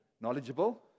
knowledgeable